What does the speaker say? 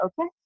okay